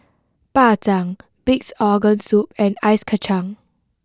Bak Chang Pig'S Organ Soup and Ice Kachang